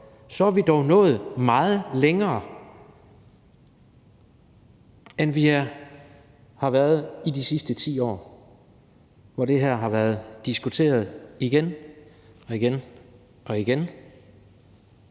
så er vi dog nået meget længere, end vi har været i de sidste 10 år, hvor det her har været diskuteret igen og igen, altså